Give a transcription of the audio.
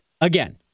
Again